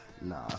Nah